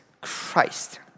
Christ